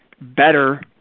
better